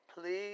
please